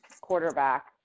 quarterback